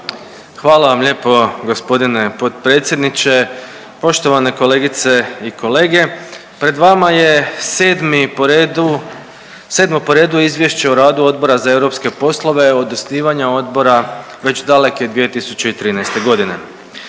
Hvala vam lijepo gospodine potpredsjedniče. Poštovane kolegice i kolege, pred vama je sedmi po redu, sedmo po redu Izvješće o radu Odbora za europske poslove od osnivanja odbora već daleke 2013. godine.